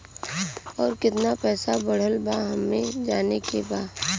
और कितना पैसा बढ़ल बा हमे जाने के बा?